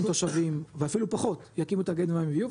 תושבים ואפילו פחות יקימו תאגיד מים וביוב,